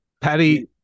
patty